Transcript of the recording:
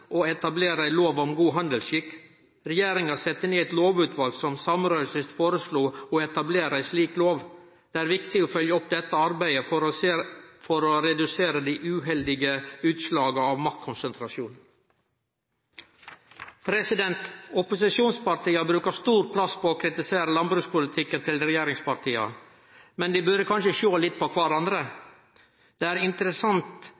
å etablere ei lov om god handelsskikk. Regjeringa sette ned eit lovutval som samrøystes foreslo å etablere ei slik lov. Det er viktig å følgje opp dette arbeidet for å redusere dei uheldige utslaga av maktkonsentrasjon. Opposisjonspartia brukar stor plass på å kritisere landbrukspolitikken til regjeringspartia. Men dei burde kanskje sjå litt på kvarandre. Det er interessant,